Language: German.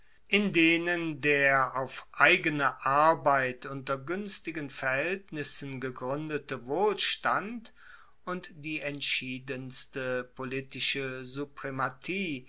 in denen der auf eigene arbeit unter guenstigen verhaeltnissen gegruendete wohlstand und die entschiedenste politische suprematie